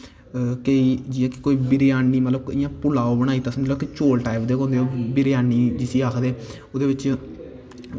केईं जि'यां कि बरेआनी इ'यां मतलब कि पलाओ बनाई दित्ता समझी लैओ चौल टाईप दे गै होंदे बरेआनी जिस्सी आखदे ओह्दै बिच्च